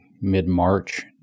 mid-March